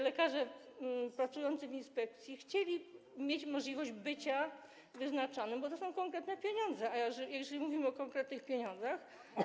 Lekarze pracujący w inspekcji chcieli mieć możliwość bycia wyznaczanymi, bo to są konkretne pieniądze, a jeżeli mówimy o konkretnych pieniądzach.